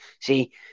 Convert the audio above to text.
see